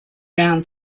round